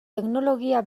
teknologia